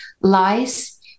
lies